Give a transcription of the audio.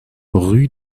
rue